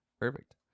perfect